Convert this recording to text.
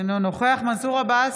אינו נוכח מנסור עבאס,